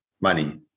money